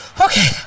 Okay